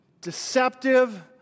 deceptive